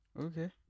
Okay